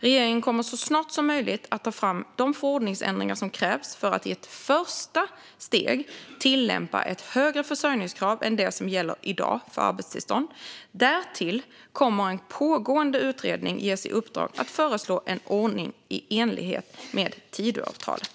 Regeringen kommer så snart som möjligt att ta fram de förordningsändringar som krävs för att i ett första steg tillämpa ett högre försörjningskrav än det som gäller i dag för arbetstillstånd. Därtill kommer en pågående utredning att ges i uppdrag att föreslå en ordning i enlighet med Tidöavtalet.